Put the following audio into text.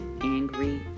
angry